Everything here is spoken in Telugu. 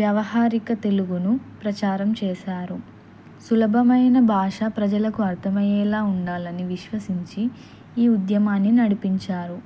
వ్యవహారిక తెలుగును ప్రచారం చేశారు సులభమైన భాష ప్రజలకు అర్థమయ్యేలా ఉండాలని విశ్వసించి ఈ ఉద్యమాన్ని నడిపించారు